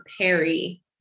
Perry